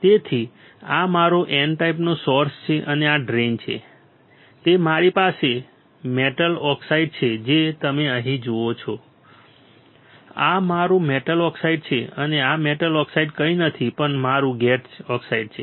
તેથી આ મારો N ટાઈપનો સોર્સ છે અને આ ડ્રેઇન છે તે પછી મારી પાસે મેટલ ઓક્સાઇડ છે જે તમે અહીં જુઓ છો આ મારું મેટલ ઓક્સાઇડ છે અને આ મેટલ ઓક્સાઇડ કંઈ નથી પણ મારું ગેટ ઓક્સાઇડ છે